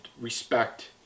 respect